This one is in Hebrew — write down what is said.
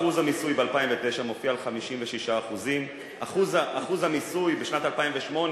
אחוז המיסוי ב-2009 מופיע על 56%. אחוז המיסוי בשנת 2008,